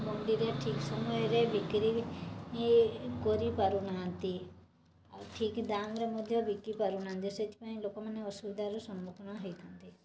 ମଣ୍ଡିରେ ଠିକ୍ ସମୟରେ ବିକ୍ରି କରିପାରୁ ନାହାନ୍ତି ଠିକ୍ ଦାମ୍ରେ ମଧ୍ୟ ବିକି ପାରୁନାହାନ୍ତି ସେଥିପାଇଁ ଲୋକମାନେ ଅସୁବିଧାର ସମ୍ମୁଖୀନ ହୋଇଥାନ୍ତି